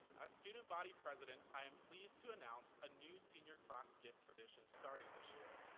as student body president, i am pleased to announce a new senior class gift tradition starting this year.